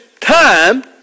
time